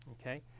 Okay